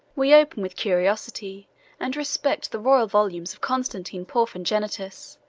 we open with curiosity and respect the royal volumes of constantine porphyrogenitus,